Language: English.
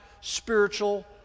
spiritual